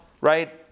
right